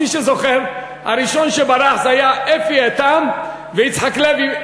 מי שזוכר, הראשון שברח היה אפי איתם, ויצחק לוי.